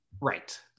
Right